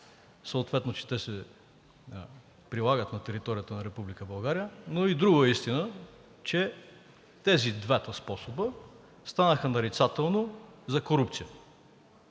съответно, че те се прилагат на територията на Република България, но и друго е истина – че тези два способа станаха нарицателно за корупция.